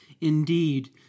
Indeed